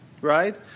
right